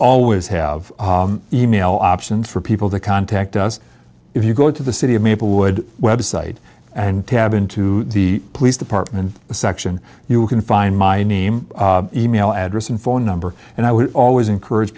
always have e mail options for people to contact us if you go to the city of maplewood website and tab into the police department section you can find my name email address and phone number and i would always encourage